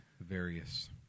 Various